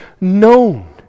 known